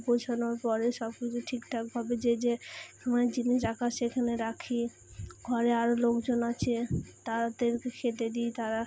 গুছোনোর পরে সব কিছু ঠিক ঠাকভাবে যে যে মানে জিনিস রাখার সেখানে রাখি ঘরে আরো লোকজন আছে তাদেরকে খেতে দিই তারা